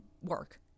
work